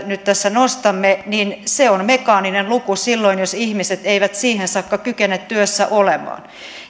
nyt tässä nostamme on mekaaninen luku silloin jos ihmiset eivät siihen saakka kykene työssä olemaan